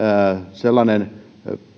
sellainen